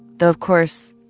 though, of course,